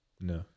No